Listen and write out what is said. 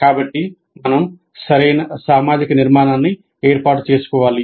కాబట్టి మనం సరైన సామాజిక నిర్మాణాన్ని ఏర్పాటు చేసుకోవాలి